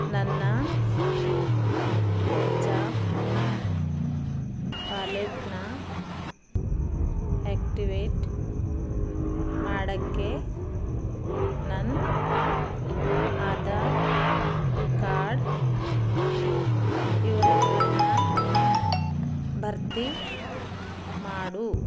ನನ್ನ PayZapp ವಾಲೆಟ್ನ activate ಮಾಡಕ್ಕೆ ನನ್ನ ಆಧಾರ್ ಕಾರ್ಡ್ ವಿವರಗಳನ್ನ ಬರ್ತಿ ಮಾಡು